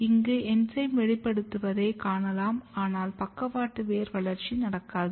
இங்கு என்சைம் வெளிப்படுவதை காணலாம் ஆனால் பக்கவாட்டு வேர் வளர்ச்சி நடக்காது